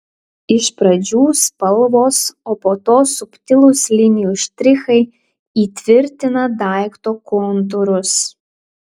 iš pradžių spalvos o po to subtilūs linijų štrichai įtvirtina daikto kontūrus